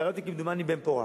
שאלה אותי, כמדומני בן-פורת,